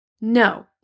No